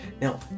Now